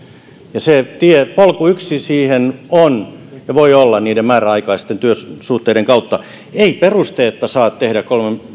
ja yksi polku siihen voi olla niiden määräaikaisten työsuhteiden kautta ei perusteetta saa tehdä